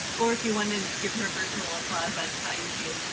or if you want to give her a virtual applause, that's fine, too.